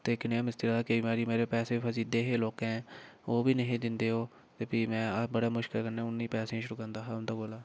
ते कनेहा मिस्त्री लाए दा केईं बारी मेरे पैसे बी फसी जंदे हे लोकें दे ओह् बी नेईं हे दिंदे ओह् ते फ्ही में बड़े मुश्कल कन्नै उ'नें पैसे गी छुड़कांदा हा उं'दे कोला